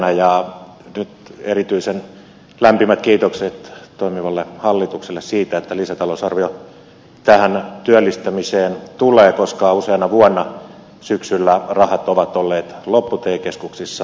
nyt annan erityisen lämpimät kiitokset toimivalle hallitukselle siitä että lisätalousarvio tähän työllistämiseen tulee koska useana vuonna syksyllä rahat ovat olleet loppu te keskuksissa